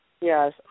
Yes